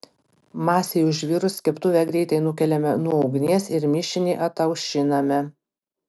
masei užvirus keptuvę greitai nukeliame nuo ugnies ir mišinį ataušiname